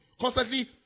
Constantly